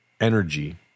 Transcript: energy